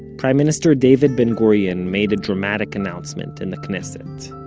prime minister david ben gurion made a dramatic announcement in the knesset